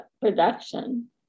production